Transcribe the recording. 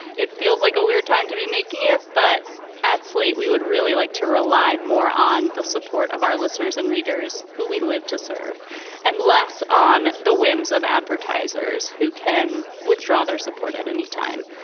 it feels like a weird time to be making it. but at slate, we would really like to rely more on the support of our listeners and readers who we live to serve and less on the whims of advertisers who can withdraw their support at any time.